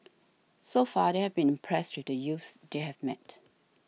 so far they have been impressed with the youths they have met